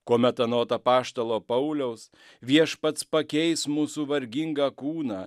kuomet anot apaštalo pauliaus viešpats pakeis mūsų vargingą kūną